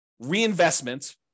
reinvestment